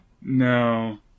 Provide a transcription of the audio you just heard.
No